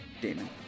Damon